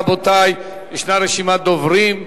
רבותי, יש רשימת דוברים.